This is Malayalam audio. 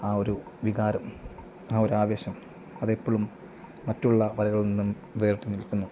ആ ഒരു വികാരം ആ ഒരാവേശം അത് എപ്പോളും മറ്റുള്ള വരകളിൽ നിന്നും വേറിട്ട് നിൽക്കുന്നു